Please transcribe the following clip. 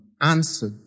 answered